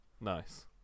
Nice